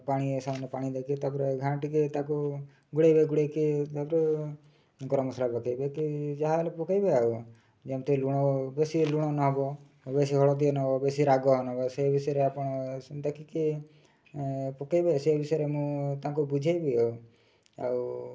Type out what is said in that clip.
ପାଣି ସାମାନ୍ୟ ପାଣି ଦେଇକି ତା'ପରେ ଘଣ୍ଟିକି ତାକୁ ଗୋଳାଇବେ ଗୋଳାଇକି ତା'ପରେ ଗରମ ମସଲା ପକାଇବେ କି ଯାହାହେଲେ ପକାଇବେ ଆଉ ଯେମିତି ଲୁଣ ବେଶୀ ଲୁଣ ନ ହେବ ବେଶୀ ହଳଦୀ ନ ହେବ ବେଶୀ ରାଗ ନ ହେବ ସେହି ବିଷୟରେ ଆପଣ ଦେଖିକି ପକାଇବେ ସେ ବିଷୟରେ ମୁଁ ତାଙ୍କୁ ବୁଝାଇବି ଆଉ ଆଉ